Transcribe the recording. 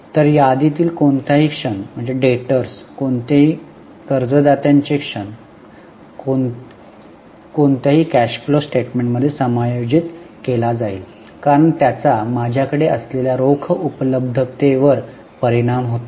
तर यादीतील कोणताही क्षण दात्यांचा कोणताही क्षण कर्जदात्यांचा कोणताही क्षण कॅश फ्लो स्टेटमेंटमध्ये समायोजित केला जाईल कारण त्याचा माझ्याकडे असलेल्या रोख उपलब्धतेवर परिणाम होतो